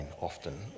often